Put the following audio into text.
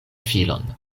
filon